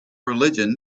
religion